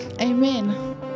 Amen